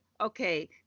okay